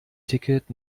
ticket